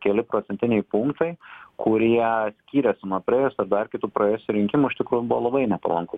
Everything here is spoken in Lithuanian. keli procentiniai punktai kurie skyrėsi nuo praėjusių ar dar kitų praėjusių rinkimų iš tikrųjų buvo labai nepalankūs